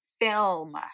film